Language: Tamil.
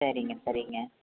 சரிங்க சரிங்க